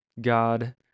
God